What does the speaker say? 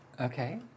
Okay